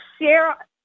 share